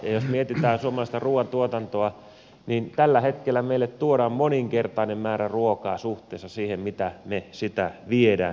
jos mietitään suomalaista ruuantuotantoa niin tällä hetkellä meille tuodaan moninkertainen määrä ruokaa suhteessa siihen mitä me sitä viemme